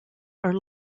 are